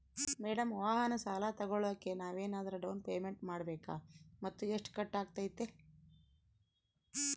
Madam ವಾಹನ ಸಾಲ ತೋಗೊಳೋಕೆ ನಾವೇನಾದರೂ ಡೌನ್ ಪೇಮೆಂಟ್ ಮಾಡಬೇಕಾ ಮತ್ತು ಎಷ್ಟು ಕಟ್ಬೇಕಾಗ್ತೈತೆ?